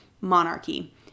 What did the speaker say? monarchy